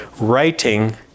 writing